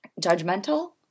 judgmental